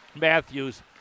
Matthews